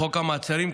לחוק המעצרים,